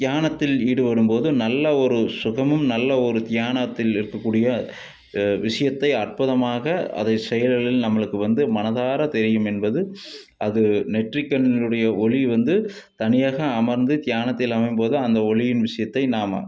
தியானத்தில் ஈடுபடும் போது நல்ல ஒரு சுகமும் நல்ல ஒரு தியானத்தில் இருக்கக்கூடிய விஷயத்தை அற்புதமாக அதை செயல்களில் நம்மளுக்கு வந்து மனதார தெரியும் என்பது அது நெற்றிக்கண்ணினுடைய ஒளி வந்து தனியாக அமர்ந்து தியானத்தில் அமரும் போது தான் அந்த ஒளியின் விஷயத்தை நாம